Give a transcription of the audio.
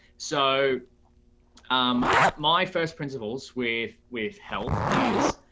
so um my first principles with with health is,